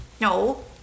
No